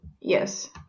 Yes